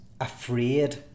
afraid